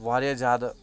واریاہ زیادٕ